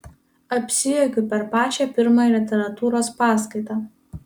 apsijuokiu per pačią pirmąją literatūros paskaitą